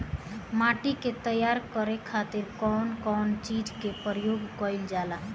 माटी के तैयार करे खातिर कउन कउन चीज के प्रयोग कइल जाला?